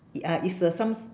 ya it's uh some~